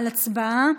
הצבעה.